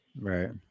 right